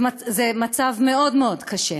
זה מצב מאוד מאוד קשה.